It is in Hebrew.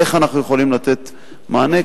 איך אנחנו יכולים לתת מענה,